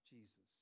Jesus